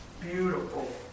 beautiful